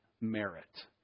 merit